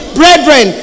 brethren